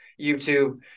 YouTube